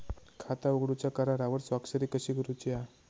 खाता उघडूच्या करारावर स्वाक्षरी कशी करूची हा?